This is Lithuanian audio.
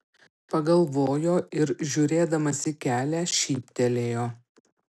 pagalvojo ir žiūrėdamas į kelią šyptelėjo